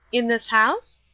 in this house?